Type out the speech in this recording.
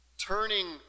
turning